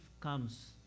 comes